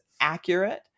accurate